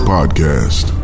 Podcast